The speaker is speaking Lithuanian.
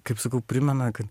kaip sakau primena kad